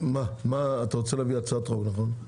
אתה רוצה להביא הצעות חוק, נכון?